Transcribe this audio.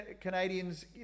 Canadians